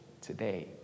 today